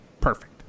Perfect